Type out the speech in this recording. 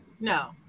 No